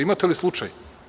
Imate li slučaj?